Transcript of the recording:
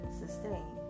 sustain